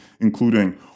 including